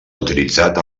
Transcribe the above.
utilitzat